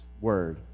Word